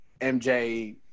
MJ